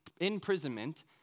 imprisonment